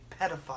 pedophile